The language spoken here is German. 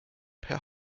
per